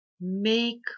Make